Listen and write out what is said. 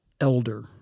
elder